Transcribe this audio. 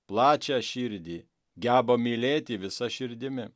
plačią širdį geba mylėti visa širdimi